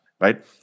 right